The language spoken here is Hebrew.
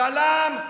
סלאם,